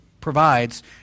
provides